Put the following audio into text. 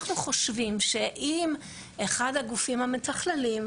אנחנו חושבים שאם אחד הגופים המתכללים,